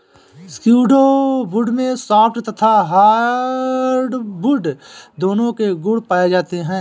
pseudo wood में soft तथा hardwood दोनों के गुण पाए जाते हैं